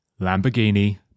Lamborghini